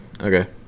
Okay